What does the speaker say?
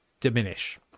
diminish